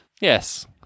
Yes